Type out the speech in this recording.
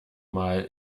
mal